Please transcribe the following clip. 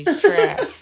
trash